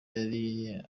yari